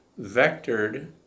vectored